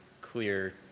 clear